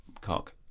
cock